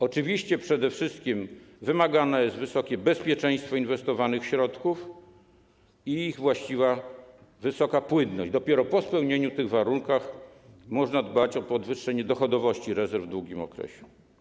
Oczywiście przede wszystkim wymagane jest wysokie bezpieczeństwo inwestowanych środków i ich właściwa wysoka płynność, dopiero po spełnieniu tych warunków można dbać o podwyższenie dochodowości rezerw w długim okresie.